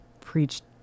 preached